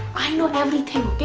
i know everything, kay.